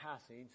passage